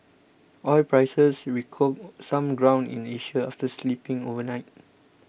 oil prices recouped some ground in Asia after slipping overnight